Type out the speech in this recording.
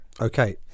okay